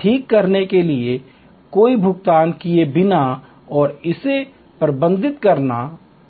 ठीक करने के लिए कोई भुगतान किए बिना और इसे प्रबंधित करना आसान नहीं है